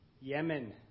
Yemen